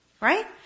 right